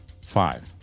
Five